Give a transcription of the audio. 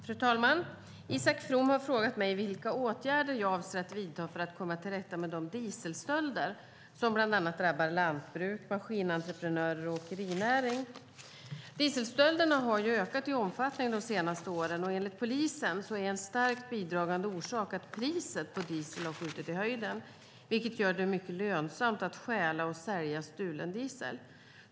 Fru talman! Isak From har frågat mig vilka åtgärder jag avser att vidta för att komma till rätta med de dieselstölder som drabbar bland annat lantbruk, maskinentreprenörer och åkerinäring. Dieselstölderna har ökat i omfattning de senaste åren. Enligt polisen är en starkt bidragande orsak att priset på diesel skjutit i höjden, vilket gör det mycket lönsamt att stjäla och sälja stulen diesel.